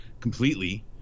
completely